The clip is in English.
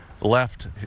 left